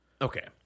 Okay